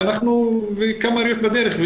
יש כמה עיריות בדרך.